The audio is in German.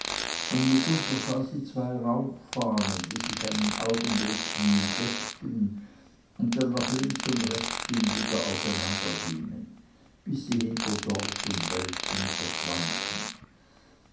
und mitunter sah sie zwei rauchfahnen die sich einen augenblick wie deckten und dann nach links und rechts hin wieder auseinandergingen bis sie hinter dorf und wäldchen verschwanden